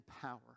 power